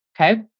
Okay